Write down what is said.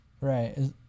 right